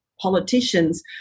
politicians